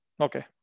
Okay